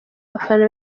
abafana